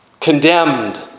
condemned